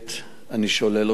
אני שולל אותה,